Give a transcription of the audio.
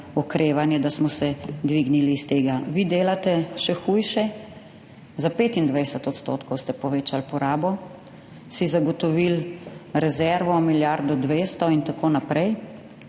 okrevanje, da smo se dvignili iz tega. Vi delate še hujše, za 25 % ste povečali porabo, si zagotovili rezervo, milijardo dvesto in tako naprej